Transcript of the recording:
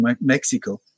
mexico